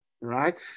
right